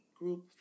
group